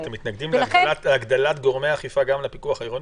אתם מתנגדים להרחבת גורמי האכיפה גם לפיקוח העירוני?